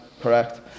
correct